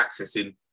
accessing